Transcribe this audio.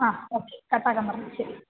हा ओके कताकं वर्तते चेत्